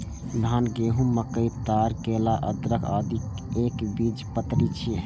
धान, गहूम, मकई, ताड़, केला, अदरक, आदि एकबीजपत्री छियै